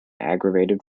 aggravated